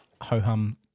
ho-hum